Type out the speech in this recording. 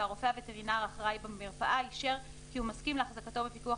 והרופא הווטרינר האחראי במרפאה אישר כי הוא מסכים להחזקתו בפיקוח